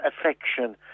affection